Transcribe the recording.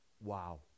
wow